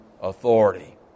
authority